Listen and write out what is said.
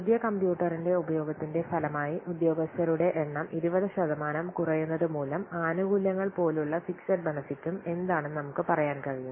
പുതിയ കമ്പ്യൂട്ടറിന്റെ ഉപയോഗത്തിന്റെ ഫലമായി ഉദ്യോഗസ്ഥരുടെ എണ്ണം 20 ശതമാനം കുറയുന്നതുമൂലം ആനുകൂല്യങ്ങൾ പോലുള്ള ഫിക്സ്ഡ് ബെനെഫിട്ടും എന്താണെന്ന് നമുക്ക് പറയാൻ കഴിയും